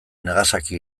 nagasaki